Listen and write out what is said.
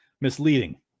Misleading